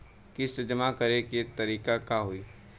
किस्त जमा करे के तारीख का होई?